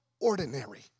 ordinary